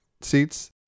seats